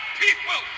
people